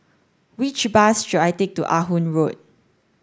which bus should I take to Ah Hood Road